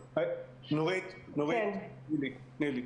נורית, תני לי.